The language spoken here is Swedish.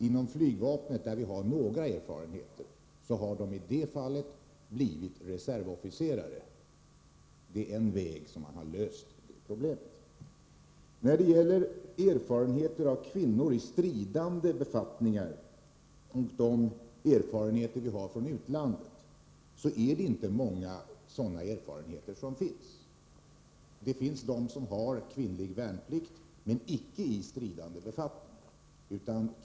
Inom flygvapnet, där vi har vissa erfarenheter, har kvinnorna möjlighet att i vissa fall bli reservofficerare. Erfarenhet av kvinnor i stridande befattningar, och erfarenhet från utlandet, har vi inte i någon större utsträckning. Det finns länder som har kvinnlig värnplikt, men kvinnorna finns inte i stridande befattningar.